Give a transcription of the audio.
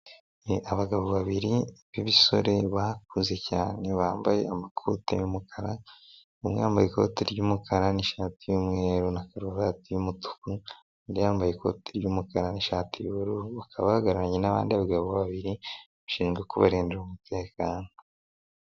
Ni abagabo babiri b'ibisore bakuze cyane, bambaye amakoti y'umukara, umwe yambaye ikoti ry'umukara n'ishati y'umweru na karuvati y'umutuku, yambaye ikoti ry'umukara n'ishati y'ubururu, bahagararanye n'abandi bagabo babiri bashinzwe kubarindira umutekano.